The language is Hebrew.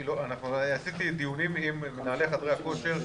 עשיתי דיונים עם מנהלי חדרי הכושר,